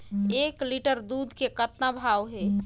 एक लिटर दूध के कतका भाव हे?